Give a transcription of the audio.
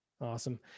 Awesome